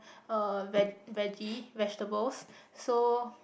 uh veg~ veggie vegetables so